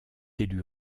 élu